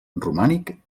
romànic